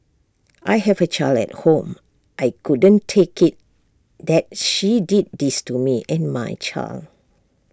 I have A child at home I couldn't take IT that she did this to me and my child